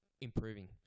improving